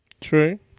True